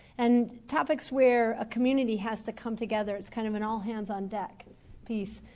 and topics where a community has to come together it's kind of an all hands on deck piece.